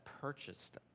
purchased